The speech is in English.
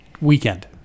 weekend